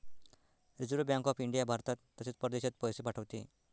reserve bank of India भारतात तसेच परदेशात पैसे पाठवते